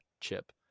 chip